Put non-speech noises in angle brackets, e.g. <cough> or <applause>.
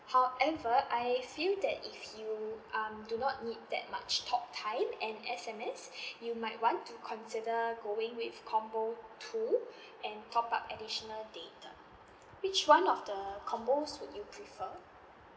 however I feel that if you um do not need that much talk time and S_M_S <breath> you might want to consider going with combo two <breath> and top up additional data which one of the combos would you prefer